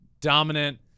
dominant